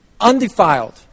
undefiled